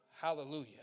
Hallelujah